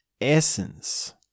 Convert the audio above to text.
essence